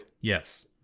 Yes